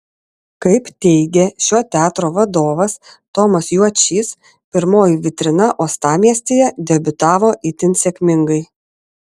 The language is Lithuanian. kaip teigė šio teatro vadovas tomas juočys pirmoji vitrina uostamiestyje debiutavo itin sėkmingai